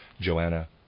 Joanna